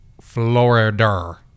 Florida